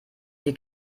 hier